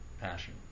passion